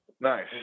Nice